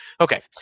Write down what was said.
Okay